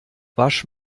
wasch